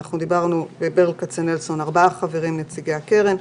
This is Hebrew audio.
בברל כצנלסון יש ארבעה חברים נציגי הקרן,